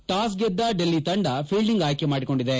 ಟಾಸ್ಗೆದ್ದ ಡೆಲ್ಲಿ ತಂಡ ಫೀಲ್ಡಿಂಗ್ ಆಯ್ಲಿ ಮಾಡಿಕೊಂಡಿದೆ